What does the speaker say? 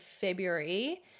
February